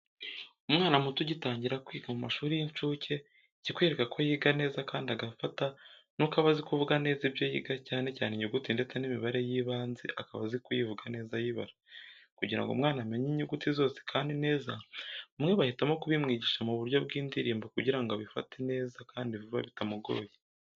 Umwana muto ugitangira kwiga mu mashuri y'incuke, ikikwereka ko yiga neza kandi agafata nuko aba azi kuvuga neza ibyo yiga cyane cyane inyuguti ndetse n'imibare y'ibanze akaba azi kuyivuga neza ayibara. Kugira ngo umwana amenye inyuguti zose kandi neza bamwe bahitamo kubimwigisha mu buryo bw'indirimbo kugira ngo abifate neza kandi vuba bitamugoye.